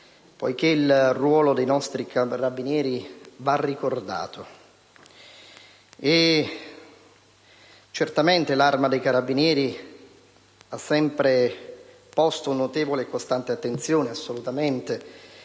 poiché il ruolo dei nostri Carabinieri va ricordato, e certamente l'Arma dei carabinieri ha sempre posto notevole e costante attenzione al perseguimento